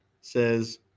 says